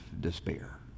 despair